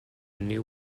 new